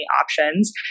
options